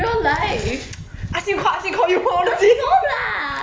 no lah